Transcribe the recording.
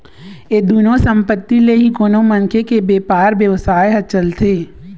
ये दुनो संपत्ति ले ही कोनो मनखे के बेपार बेवसाय ह चलथे